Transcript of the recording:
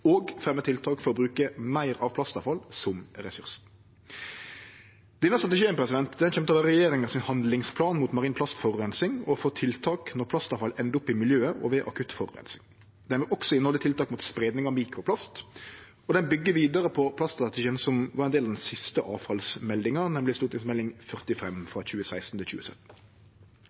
tiltak for å bruke meir plastavfall som resurs. Denne strategien kjem til å vere regjeringa sin handlingsplan mot marin plastforureining og for tiltak når plastavfall endar opp i miljøet, og ved akutt forureining. Han vil også innehalde tiltak mot spreiing av mikroplast, og han byggjer vidare på plaststrategien som var ein del av den siste avfallsmeldinga, nemleg Meld. St. 45